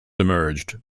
emerged